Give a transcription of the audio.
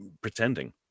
pretending